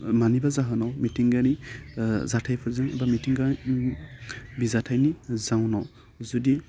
मानिबा जोहोनाव मिथिंगारि जाथाइफोरजों बा मिथिंगानि बे जाथाइनि जाउनाव जुदि